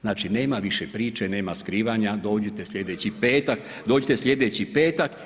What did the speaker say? Znači nema više priče, nema skrivanja, dođite sljedeći petak, dođite sljedeći petak.